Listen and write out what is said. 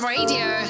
Radio